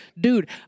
dude